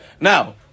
Now